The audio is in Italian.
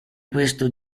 questo